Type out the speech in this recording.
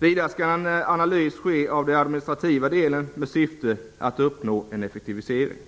Vidare skall en analys ske av den administrativa delen, med syfte att uppnå en effektivisering.